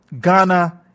Ghana